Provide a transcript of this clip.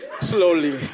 Slowly